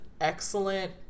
excellent